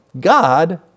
God